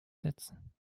setzen